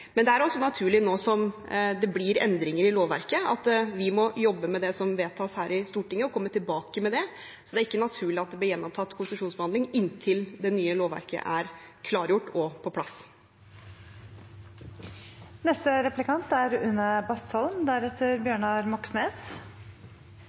Men det er også naturlig nå som det blir endringer i lovverket, at vi må jobbe med det som vedtas her i Stortinget, og komme tilbake med det. Det er ikke naturlig at det blir gjenopptatt konsesjonsbehandlinger inntil det nye lovverket er klargjort og på